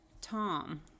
Tom